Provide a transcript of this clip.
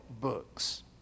books